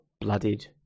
Blooded